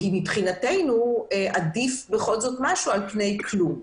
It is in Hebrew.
מבחינתנו עדיף משהו על פני כלום.